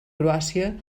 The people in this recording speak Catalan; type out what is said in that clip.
croàcia